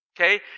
Okay